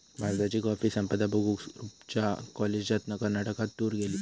भारताची कॉफी संपदा बघूक रूपच्या कॉलेजातना कर्नाटकात टूर गेली